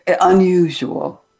Unusual